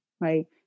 right